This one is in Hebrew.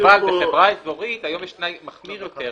אבל בחברה אזורית היום יש תנאי מחמיר יותר,